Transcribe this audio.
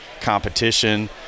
competition